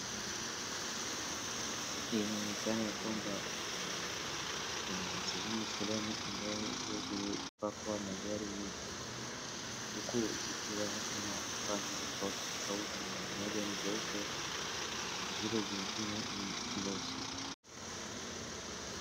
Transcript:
Hii inaonekana ya kwamba kuna sehemu fulani mbayo zimepakwa magari mingi, huku zikiwa na rangi tofautitofauti moja likiwa jeupe na hizo zingine nyeusi.